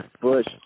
bush